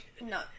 No